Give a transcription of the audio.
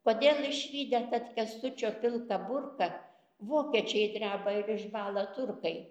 kodėl išvydę tad kęstučio pilką burką vokiečiai dreba ir išbąla turkai